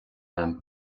agam